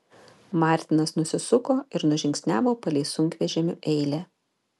martinas nusisuko ir nužingsniavo palei sunkvežimių eilę